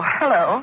hello